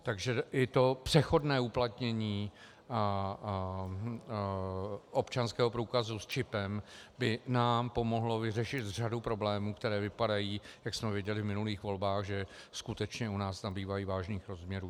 Takže i to přechodné uplatnění občanského průkazu s čipem by nám pomohlo vyřešit řadu problémů, které, jak jsme viděli v minulých volbách, skutečně u nás nabývají vážných rozměrů.